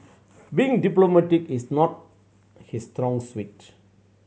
being diplomatic is not his strong suite